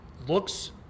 looks